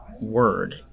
word